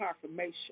confirmation